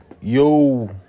yo